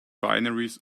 binaries